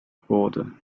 border